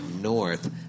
north